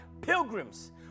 pilgrims